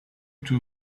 two